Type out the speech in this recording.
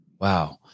Wow